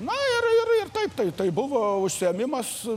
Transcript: na ir ir ir taip tai buvo užsiėmimas